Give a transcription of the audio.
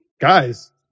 Guys